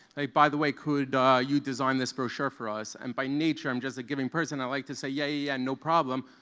by the way, could you design this brochure for us? and by nature i'm just a giving person. i like to say yay and no problem,